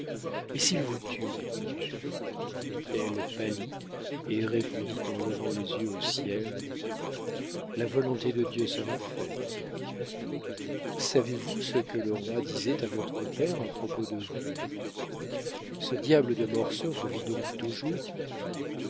mais s'il vous tue lui dis-je elle pâlit et répondit en levant les yeux au ciel la volonté de dieu sera faite savez-vous ce que le roi disait à votre père à propos de vous ce diable de mortsauf vit donc toujours